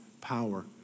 power